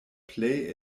plej